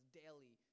daily